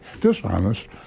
dishonest